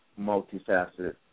multifaceted